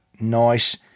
nice